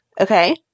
Okay